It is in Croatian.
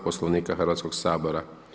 Poslovnika Hrvatskog sabora.